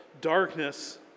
darkness